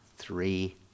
three